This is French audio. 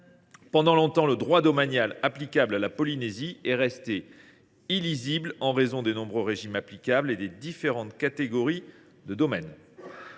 Pendant longtemps, le droit domanial applicable à la Polynésie est resté illisible en raison des nombreux régimes applicables et des différentes catégories de domaines.